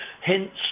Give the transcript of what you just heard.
hints